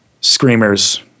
screamer's